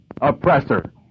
oppressor